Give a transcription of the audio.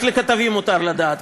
רק לכתבים מותר לדעת,